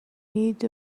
need